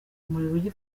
muriro